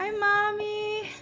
um mami.